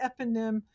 eponym